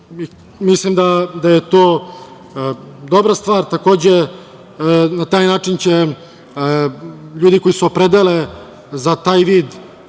uštede. Mislim da je to dobra stvar. Takođe, na taj način će ljudi koji se opredele za taj vid